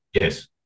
Yes